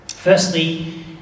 Firstly